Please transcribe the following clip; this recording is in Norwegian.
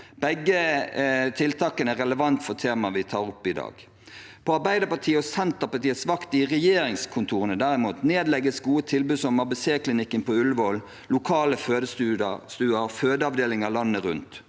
Begge tiltakene er relevante for temaet vi tar opp i dag. På Arbeiderpartiet og Senterpartiets vakt i regjeringskontorene, derimot, nedlegges gode tilbud som ABC-klinikken på Ullevål, lokale fødestuer og fødeavdelinger landet rundt.